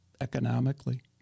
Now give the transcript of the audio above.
economically